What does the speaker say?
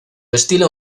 estilo